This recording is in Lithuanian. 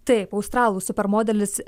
taip australų super modelis